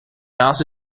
also